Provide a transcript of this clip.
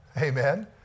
Amen